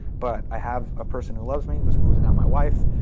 but i have a person who loves me who's who's now my wife,